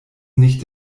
nicht